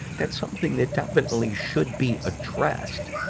that's something that definitely should be addressed.